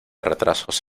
retrasos